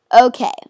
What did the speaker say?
Okay